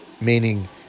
Meaning